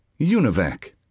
Univac